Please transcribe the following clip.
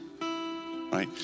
right